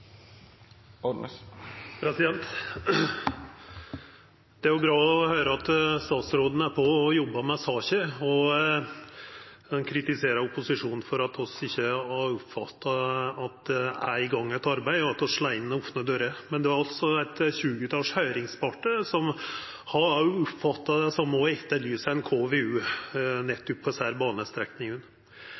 arbeid. Det er jo bra å høyra at statsråden er på og jobbar med saka. Han kritiserer opposisjonen for at vi ikkje har oppfatta at eit arbeid er i gang, og for at vi slår inn opne dører, men det er eit tjuetals høyringspartar som har oppfatta det same, og som etterlyser ei KVU nettopp på desse banestrekningane.